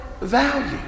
value